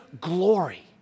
glory